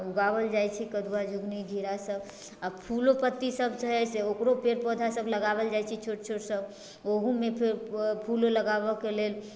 उगाओल जाइ छै कदुआ झिङ्गुली घेरासब आओर फूलो पत्ती सब हइ ओकरो पेड़ पौधासब लगाओल जाइ छै छोट छोटसब ओहोमे फेर फूलो लगाबऽके लेल